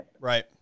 Right